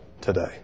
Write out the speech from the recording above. today